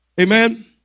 Amen